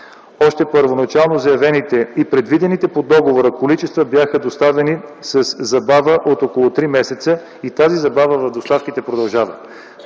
Първоначално заявените и предвидени по договора количества бяха доставени със забава от около три месеца и тази забава на доставките продължава.